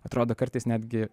atrodo kartais netgi